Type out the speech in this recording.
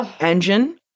engine